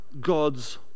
God's